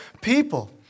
people